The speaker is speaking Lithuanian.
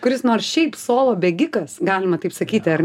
kuris nors šiaip solo bėgikas galima taip sakyti ar